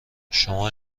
شما